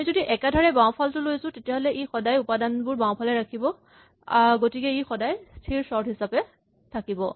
যদি আমি একাধাৰে বাওঁফালটো লৈছো তেতিয়াহ'লে ই সদায় উপাদানবোৰ বাওঁফালে ৰাখিব গতিকে ই সদায় স্হিৰ চৰ্ট হিচাপে থাকিব